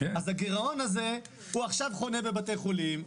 אז הגירעון הזה הוא עכשיו חונה בבתי חולים,